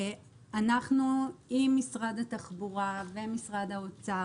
אנחנו עם משרד התחבורה ומשרד האוצר